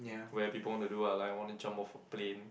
where people want to do ah like want to jump off a plane